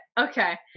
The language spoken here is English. Okay